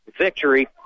victory